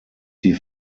die